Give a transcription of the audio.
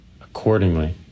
accordingly